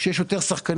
שיש יותר שחקנים,